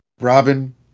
Robin